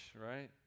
right